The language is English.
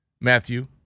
Matthew